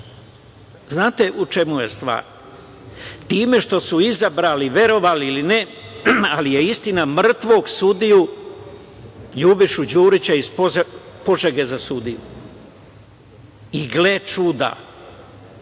Znate li u čemu je stvar? Time što su izabrali, verovali ili ne, ali je istina, mrtvog sudiju Ljubišu Đurića iz Požege za sudiju. I gle čuda,